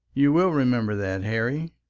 you will remember that, harry?